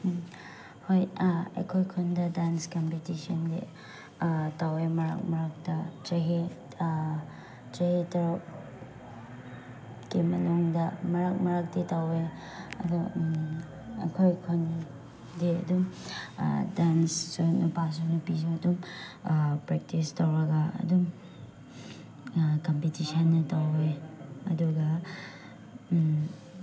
ꯍꯣꯏ ꯑꯩꯈꯣꯏ ꯈꯨꯟꯗ ꯗꯥꯟꯁ ꯀꯝꯄꯤꯇꯤꯁꯟꯁꯦ ꯇꯧꯏ ꯃꯔꯛ ꯃꯔꯛꯇ ꯆꯍꯤ ꯆꯍꯤ ꯇꯔꯨꯛꯀꯤ ꯃꯅꯨꯡꯗ ꯃꯔꯛ ꯃꯔꯛꯇꯤ ꯇꯧꯋꯦ ꯑꯗꯨ ꯑꯩꯈꯣꯏ ꯈꯨꯟꯗꯤ ꯑꯗꯨꯝ ꯗꯥꯟꯁꯁꯨ ꯅꯨꯄꯥꯁꯨ ꯅꯨꯄꯤꯁꯨ ꯑꯗꯨꯝ ꯄ꯭ꯔꯦꯛꯇꯤꯁ ꯇꯧꯔꯒ ꯑꯗꯨꯝ ꯀꯝꯄꯤꯇꯤꯁꯟꯅ ꯇꯧꯏ ꯑꯗꯨꯒ